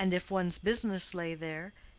and if one's business lay there,